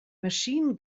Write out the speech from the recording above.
machine